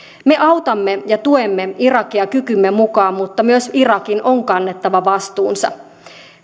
me autamme ja tuemme irakia kykymme mukaan mutta myös irakin on kannettava vastuunsa